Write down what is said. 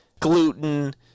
gluten